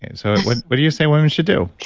and so what but do you say women should do?